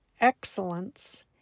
excellence